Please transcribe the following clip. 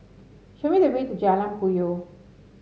show me the way to Jalan Puyoh